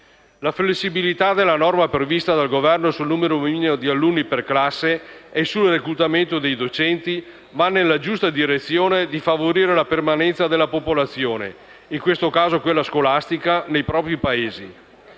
La flessibilità della norma prevista dal Governo sul numero minimo di alunni per classe e sul reclutamento dei docenti va nella giusta direzione di favorire la permanenza della popolazione - in questo caso quella scolastica - nei propri paesi.